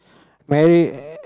married eh